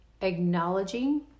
acknowledging